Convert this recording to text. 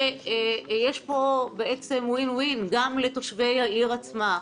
יש פה בעצם win win גם לתושבי העיר עצמה,